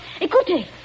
écoutez